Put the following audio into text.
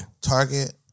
Target